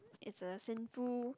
it's a sinful